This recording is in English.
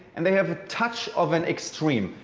and they have touch of an extreme.